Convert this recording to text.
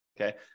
Okay